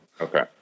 Okay